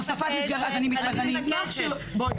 אני מבקשת.